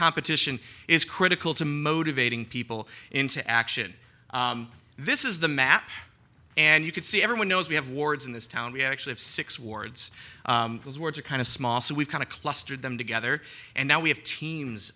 competition is critical to motivating people into action this is the map and you can see everyone knows we have wards in this town we actually have six wards those words are kind of small so we've kind of clustered them together and now we have teams